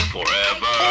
Forever